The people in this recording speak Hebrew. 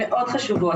הן מאוד חשובות.